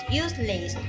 useless